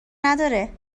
نداره